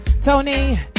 Tony